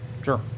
Sure